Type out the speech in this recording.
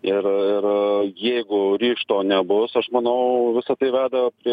ir ir jeigu ryžto nebus aš manau visa tai veda prie